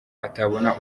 atabona